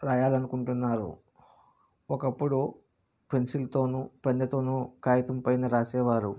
రాయాలనుకుంటున్నారు ఒకప్పుడు పెన్సిల్ తోను పెన్ తోను కాగితం పైన రాసేవారు